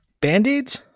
Band-aids